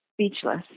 speechless